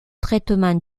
traitement